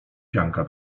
pianka